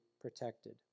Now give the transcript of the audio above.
protected